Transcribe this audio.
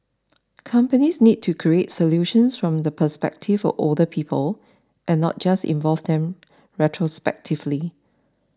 companies need to create solutions from the perspective of older people and not just involve them retrospectively